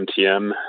MTM